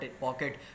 pocket